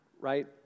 right